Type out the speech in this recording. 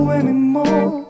anymore